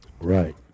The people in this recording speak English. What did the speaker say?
Right